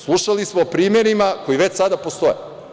Slušali smo o primerima koji već sada postoje.